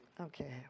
Okay